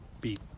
beat